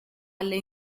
alle